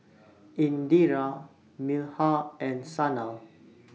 Indira Milkha and Sanal